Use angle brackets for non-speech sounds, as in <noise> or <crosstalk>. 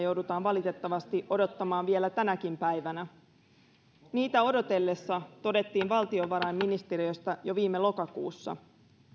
<unintelligible> joudutaan valitettavasti odottamaan vielä tänäkin päivänä niitä odotellessa todettiin valtiovarainministeriöstä jo viime lokakuussa